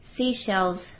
Seashells